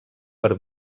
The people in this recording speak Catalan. per